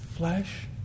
Flesh